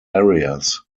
areas